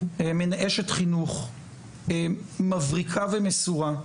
אשת חינוך מבריקה ומסורה,